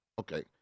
Okay